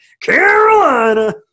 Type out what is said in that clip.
Carolina